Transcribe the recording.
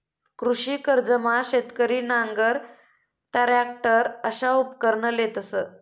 कृषी कर्जमा शेतकरी नांगर, टरॅकटर अशा उपकरणं लेतंस